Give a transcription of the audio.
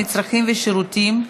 כולל חבר הכנסת אייכלר והשר לוין.